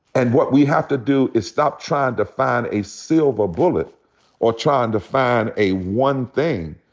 and what we have to do is stop tryin' to find a silver bullet or tryin' to find a one thing.